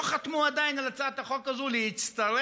חתמו עדיין על הצעת החוק הזאת להצטרף